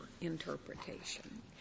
interpretation